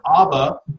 Abba